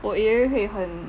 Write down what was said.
我以为会很